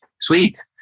Sweet